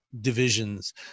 divisions